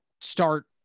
start